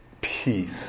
peace